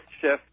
shift